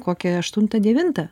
kokią aštuntą devintą